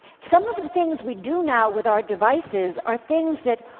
some of the things we do now with our devices are things that,